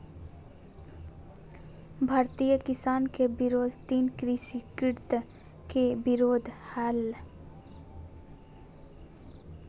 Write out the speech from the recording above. भारतीय किसान के विरोध तीन कृषि कृत्य के विरोध हलय